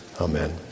Amen